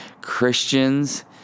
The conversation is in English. Christians